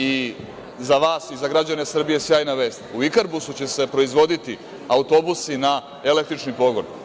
I za vas i za građane Srbije sjajna vest, u „Ikarbusu“ će se proizvoditi autobusi na električni pogon.